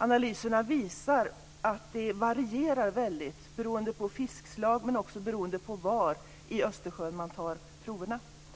Analyserna visar att halterna varierar väldigt mycket beroende på fiskslag men också beroende på var i Östersjön som proverna tas. Sverige